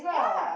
ya